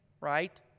right